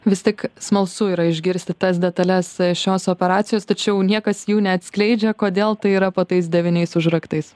vis tik smalsu yra išgirsti tas detales šios operacijos tačiau niekas jų neatskleidžia kodėl tai yra po tais devyniais užraktais